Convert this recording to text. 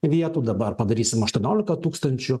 vietų dabar padarysim aštuoniolika tūkstančių